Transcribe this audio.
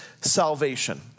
salvation